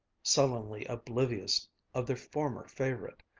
sullenly oblivious of their former favorite,